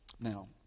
Now